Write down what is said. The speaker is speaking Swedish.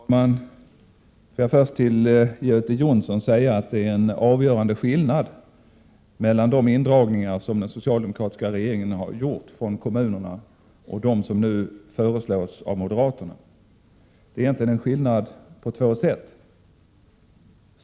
Herr talman! Får jag först till Göte Jonsson säga att det är en avgörande skillnad mellan de indragningar från kommunerna som den socialdemokratiska regeringen har gjort och dem som nu föreslås av moderaterna. Det är egentligen en skillnad på två sätt.